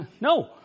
No